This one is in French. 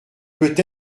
peut